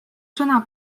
sõna